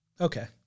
Okay